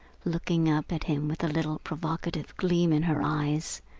looking up at him with a little provocative gleam in her eyes,